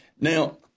Now